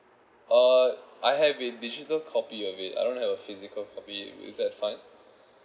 uh I have a digital copy of it I don't have a physical copy is that fine